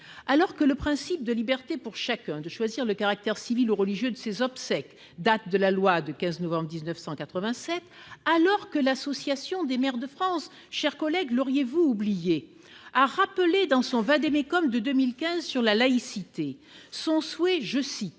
alors que le principe de liberté pour chacun de choisir le caractère civil ou religieux de ses obsèques, date de la loi du 15 novembre 1987 alors que l'Association des maires de France, chers collègues, l'auriez-vous oublié, a rappelé dans son vade-mecum de 2015, sur la laïcité, son souhait, je cite,